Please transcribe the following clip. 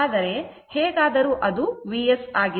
ಆದರೆ ಹೇಗಾದರೂ ಅದು Vs ಆಗಿದೆ